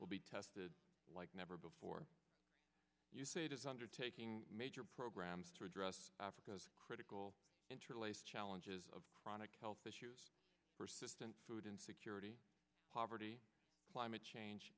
will be tested like never before you say it is undertaking major programs to address africa's critical interlace challenges of chronic health issues persistent food insecurity poverty climate change